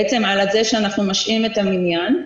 בעצם, בעצם, על זה שאנחנו משהים את המניין.